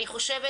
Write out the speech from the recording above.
אני חושבת,